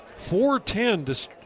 410